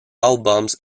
albums